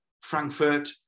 frankfurt